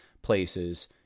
places